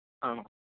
ആണോ